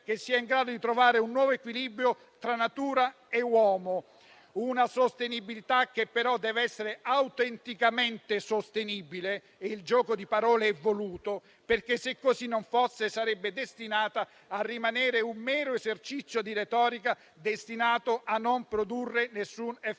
che sia in grado di trovare un nuovo equilibrio tra natura e uomo; una sostenibilità che, però, deve essere autenticamente sostenibile (e il gioco di parole è voluto), perché se così non fosse sarebbe destinata a rimanere un mero esercizio di retorica, condannato a non produrre alcun effetto.